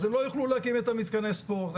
הן לא יוכלו להקים את המתקני ספורט.